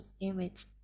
image